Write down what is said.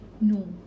No